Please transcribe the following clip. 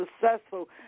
successful